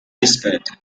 whispered